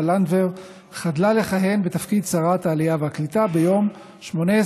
לנדבר חדלה לכהן בתפקיד שרת העלייה והקליטה ביום 18